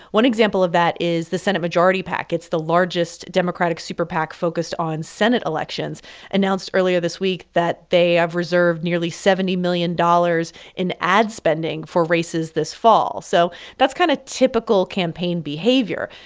one example of that is the senate majority pac it's the largest democratic super pac focused on senate elections announced earlier this week that they have reserved nearly seventy million dollars in ad spending for races this fall. so that's kind of typical campaign behavior.